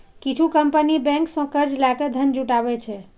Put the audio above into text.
किछु company bank सं कर्ज लए के धन जुटाबै छै